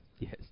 Yes